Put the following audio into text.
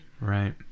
Right